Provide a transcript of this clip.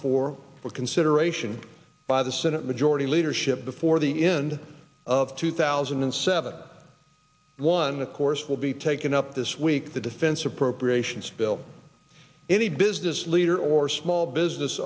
for consideration by the senate majority leadership before the end of two thousand and seven one the course will be taken up this week the defense appropriations bill any business leader or small business